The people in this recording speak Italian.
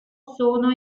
sono